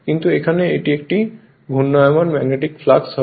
কিন্তু এখানে এটি একটি ঘূর্ণায়মান ম্যাগনেটিক ফ্লাক্স হয়